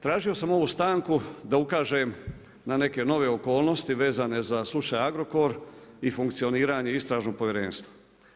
Tražio sam ovu stanku da ukažem na neke nove okolnosti vezane za slučaj Agrokor i funkcioniranje Istražnog povjerenstva.